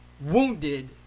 wounded